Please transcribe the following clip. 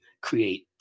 create